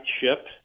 ship